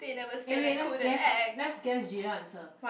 eh wait let's guess let's guess gina's answer